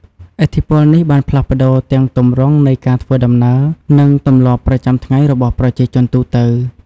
ឥទ្ធិពលនេះបានផ្លាស់ប្តូរទាំងទម្រង់នៃការធ្វើដំណើរ និងទម្លាប់ប្រចាំថ្ងៃរបស់ប្រជាជនទូទៅ។